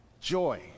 joy